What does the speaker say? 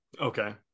Okay